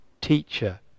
teacher